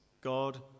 God